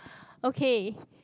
okay